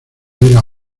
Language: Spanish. era